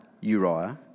Uriah